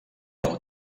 del